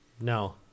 No